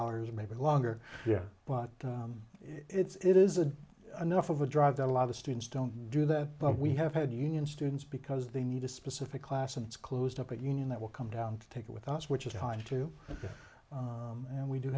hours maybe longer there but it's it is a enough of a drive that a lot of students don't do that but we have had union students because they need a specific class and it's closed up a union that will come down to take it with us which is hard to get and we d